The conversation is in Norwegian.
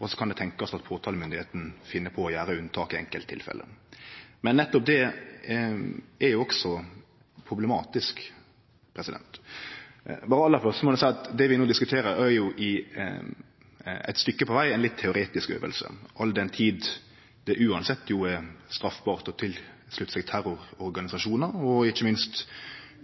og så kan det tenkjast at påtalemyndigheita finn på å gjere unntak i enkelttilfelle. Men nettopp det er også problematisk. Berre aller først må eg seie at det vi no diskuterer, er eit stykke på veg ei litt teoretisk øving, all den tid det uansett er straffbart å slutte seg til terrororganisasjonar og – ikkje minst –